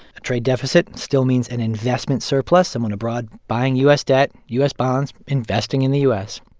a trade deficit and still means an investment surplus someone abroad buying u s. debt, u s. bonds, investing in the u s.